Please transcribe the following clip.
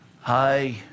Hi